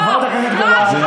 חברת הכנסת גולן.